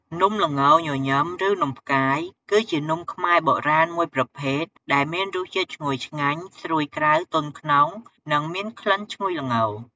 នំល្ងញញឹម ឬនំផ្កាយ គឺជានំខ្មែរបុរាណមួយប្រភេទដែលមានរសជាតិឈ្ងុយឆ្ងាញ់ ស្រួយក្រៅ ទន់ក្នុង និងមានក្លិនឈ្ងុយល្ង។